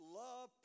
love